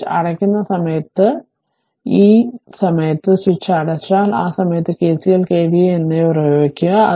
switch അടയ്ക്കുന്ന സമയത്ത് ഏത് കോൾ സമയത്ത് ഈ സ്വിച്ച് സമയത്ത് സ്വിച്ച് അടച്ചാൽ ആ സമയത്ത് KCL KVL എന്നിവ പ്രയോഗിക്കുക